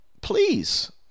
Please